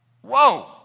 Whoa